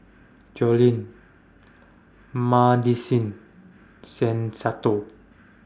Jolene Madisyn Shen Santo